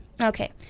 Okay